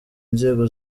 inzego